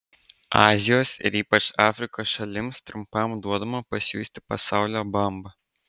azijos ir ypač afrikos šalims trumpam duodama pasijusti pasaulio bamba